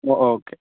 ഓ okay